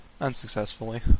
Unsuccessfully